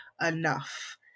enough